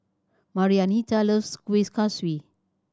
Marianita loves Kuih Kaswi